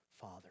Father